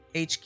HQ